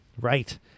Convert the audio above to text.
right